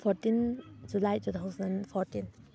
fourteen July two thousand fourteen